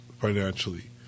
financially